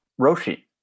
Roshi